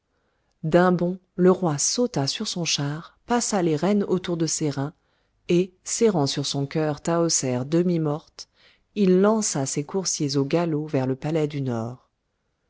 d'un bond le roi sauta sur son char passa les rênes autour de ses reins et serrant sur son cœur tahoser demi-morte il lança ses coursiers au galop vers le palais du nord